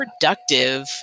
productive